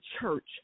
church